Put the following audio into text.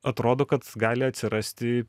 atrodo kad gali atsirasti